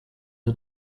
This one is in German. den